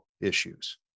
issues